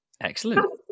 Excellent